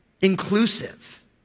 Inclusive